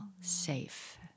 safe